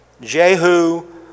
Jehu